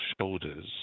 shoulders